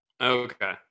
okay